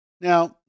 Now